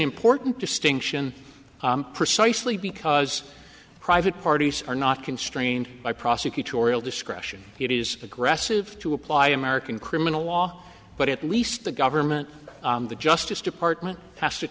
important distinction precisely because private parties are not constrained by prosecutorial discretion it is aggressive to apply american criminal law but at least the government the justice department has to